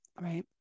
right